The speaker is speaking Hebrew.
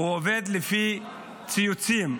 הוא עובד לפי ציוצים.